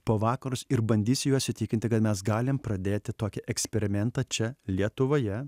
po vakarus ir bandysiu juos įtikinti kad mes galim pradėti tokį eksperimentą čia lietuvoje